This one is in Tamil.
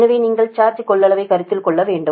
எனவே நீங்கள் சார்ஜ் கொள்ளளவை கருத்தில் கொள்ள வேண்டும்